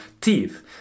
teeth